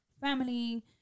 family